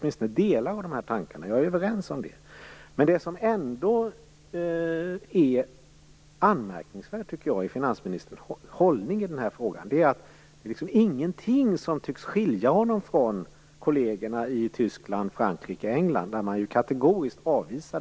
Men vad som ändå är anmärkningsvärt i finansministerns hållning i den här frågan är att det inte är någonting som tycks skilja honom från kollegerna i Tyskland, England och Frankrike där man kategoriskt ställer sig avvisande.